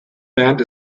band